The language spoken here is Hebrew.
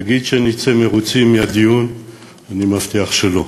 להגיד שנצא מרוצים מהדיון, אני מבטיח שלא.